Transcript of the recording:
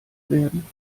werden